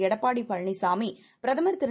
எடப்பாடிபழனிசாமிபிரதமர்திரு